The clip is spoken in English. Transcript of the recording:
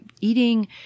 Eating